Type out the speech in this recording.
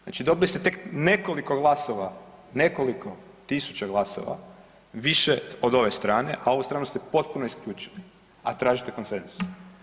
Znači dobili ste tek nekoliko glasova, nekoliko tisuća glasova više od ove strane, a ovu stranu ste potpuno isključili, a tražite konsenzus.